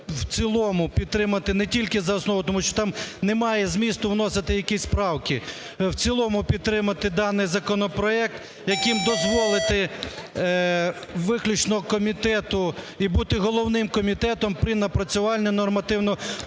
в цілому підтримати не тільки за основу, тому що там немає змісту вносити якісь правки. В цілому підтримати даний законопроект, яким дозволити виключно комітету і бути головним комітетом при напрацюванні нормативно-правових